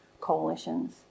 coalitions